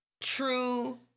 true